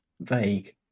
vague